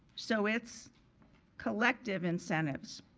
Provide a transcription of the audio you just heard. so it's collective incentives,